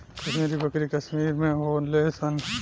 कश्मीरी बकरी कश्मीर में होली सन